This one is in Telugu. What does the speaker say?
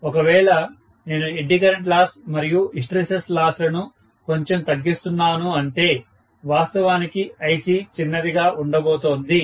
ఒకవేళ నేను ఎడ్డీ కరెంట్ లాస్ మరియు హిస్టెరిసిస్ లాస్ లను కొంచెం తగ్గిస్తున్నాను అంటే వాస్తవానికి IC చిన్నదిగా ఉండబోతోంది